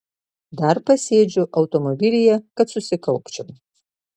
dar pasėdžiu automobilyje kad susikaupčiau